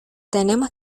tenemos